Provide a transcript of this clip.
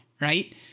right